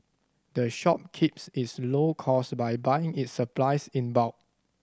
the shop keeps its low cost by buying its supplies in bulk